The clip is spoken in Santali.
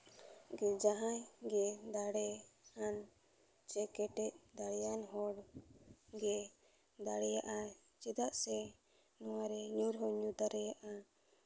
ᱡᱟᱦᱟᱸᱭ ᱜᱮ ᱫᱟᱲᱮ ᱟᱱ ᱪᱮ ᱠᱮᱴᱮᱡ ᱫᱟᱲᱮᱭᱟᱱ ᱦᱚᱲ ᱜᱮ ᱫᱟᱲᱮᱭᱟᱜ ᱟᱭ ᱪᱮᱫᱟᱜ ᱥᱮ ᱱᱚᱣᱟ ᱨᱮ ᱧᱩᱨ ᱦᱚᱸ ᱧᱩᱨ ᱫᱟᱲᱮᱭᱟᱜᱼᱟ